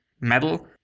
metal